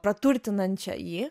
praturtinančią jį